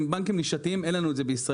הם בנקים נישתיים, אין לנו את זה בישראל.